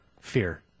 fear